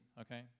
okay